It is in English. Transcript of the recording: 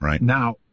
Now